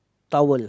towel